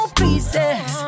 pieces